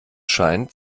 scheint